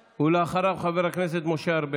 ואחריו, חבר הכנסת משה ארבל.